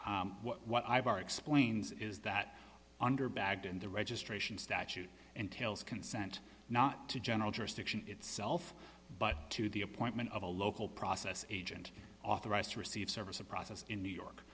explains is that under bag in the registration statute entails consent not to general jurisdiction itself but to the appointment of a local process agent authorized to receive service a process in new york